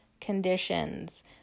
conditions